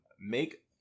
Make